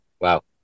Wow